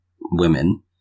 women